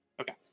Okay